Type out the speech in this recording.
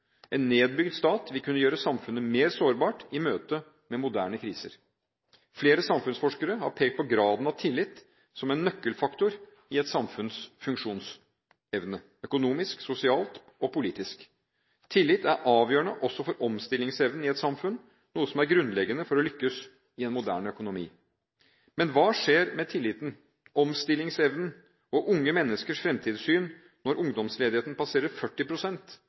En nedbygd stat vil kunne gjøre samfunnet mer sårbart i møte med moderne kriser. Flere samfunnsforskere har pekt på graden av tillit som en nøkkelfaktor i et samfunns funksjonsevne: økonomisk, sosialt og politisk. Tillit er avgjørende også for omstillingsevnen i et samfunn, noe som er grunnleggende for å lykkes i en moderne økonomi. Men hva skjer med tilliten, omstillingsevnen og unge menneskers fremtidssyn når ungdomsledigheten passerer